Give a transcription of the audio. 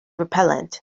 repellent